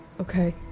Okay